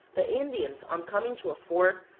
the indians, on coming to a fork,